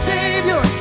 Savior